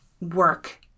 work